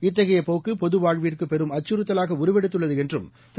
இத்தகைய போக்கு பொதுவாழ்விற்கு பெரும் அச்சுறுத்தலாக உருவெடுத்துள்ளது என்றும் திரு